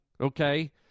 okay